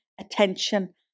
attention